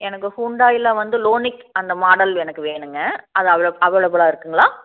எனக்கு ஹூண்டாயில் வந்து லோனிக் அந்த மாடல் எனக்கு வேணும்ங்க அது அவைலப் அவைலபிளா இருக்குதுங்களா